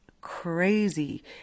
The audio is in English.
crazy